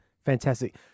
fantastic